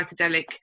psychedelic